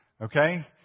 Okay